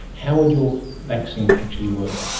how would your vaccine actually work?